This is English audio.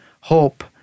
Hope